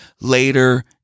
later